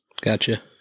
Gotcha